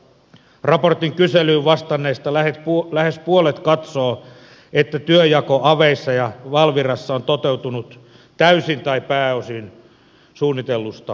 raportin kyselyyn vastanneista lähes puolet katsoo että työnjako aveissa ja valvirassa on toteutunut täysin tai pääosin suunnitellusta poikkeavalla tavalla